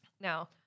Now